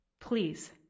please